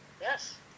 Yes